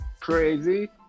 Crazy